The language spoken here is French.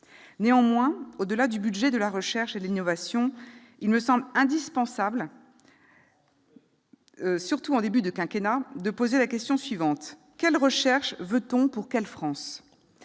Néanmoins, au-delà du budget de la recherche et de l'innovation, il me semble indispensable, surtout en début de quinquennat, de poser la question suivante : quelle recherche veut-on ? Et pour quelle France ?